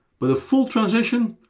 but a full transition?